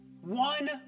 One